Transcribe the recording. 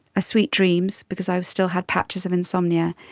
ah sweet dreams, because i still had patches of insomnia.